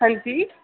हां जी